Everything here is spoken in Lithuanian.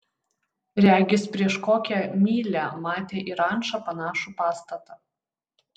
regis prieš kokią mylią matė į rančą panašų pastatą